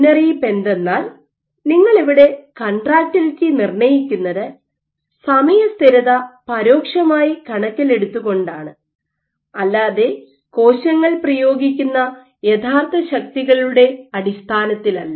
മുന്നറിയിപ്പ് എന്തെന്നാൽ നിങ്ങൾ ഇവിടെ കൺട്രാക്റ്റിലിറ്റി നിർണയിക്കുന്നത് സമയ സ്ഥിരത പരോക്ഷമായി കണക്കിലെടുത്തുകൊണ്ടാണ് അല്ലാതെ കോശങ്ങൾ പ്രയോഗിക്കുന്ന യഥാർത്ഥ ശക്തികളുടെ അടിസ്ഥാനത്തിലല്ല